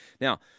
Now